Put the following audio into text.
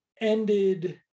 ended